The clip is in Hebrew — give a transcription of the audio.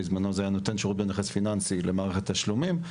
בזמנו זה היה נותן שירות בנכס פיננסי למערכת תשלומים,